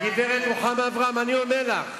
אני לא מאמינה לך.